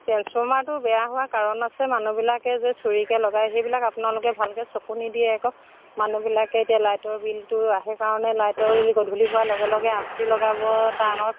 ট্ৰেঞ্চফৰ্মাৰটো বেয়া হোৱা কাৰণ আছে মানুহবিলাকে যে চুৰিকে লগায় সেইবিলাক আপোনালোকে ভালকে চকু নিদিয়ে আকৌ মানুহবিলাকে এতিয়া লাইটৰ বিলটো আহে কাৰণে লাইটৰ বিল গধূলি হোৱাৰ লগে লগে লগাব